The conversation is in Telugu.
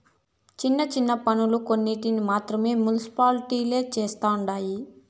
చిన్న చిన్న పన్నులు కొన్నింటిని మాత్రం మునిసిపాలిటీలే చుస్తండాయి